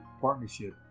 Partnership